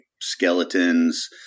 skeletons